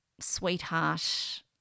sweetheart